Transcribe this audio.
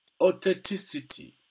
authenticity